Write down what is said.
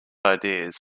ideas